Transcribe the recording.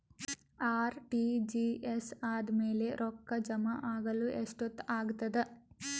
RTGS ಆದ್ಮೇಲೆ ರೊಕ್ಕ ಜಮಾ ಆಗಲು ಎಷ್ಟೊತ್ ಆಗತದ?